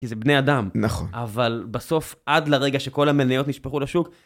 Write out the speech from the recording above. כי זה בני אדם. אבל בסוף, עד לרגע שכל המניות נספחו לשוק...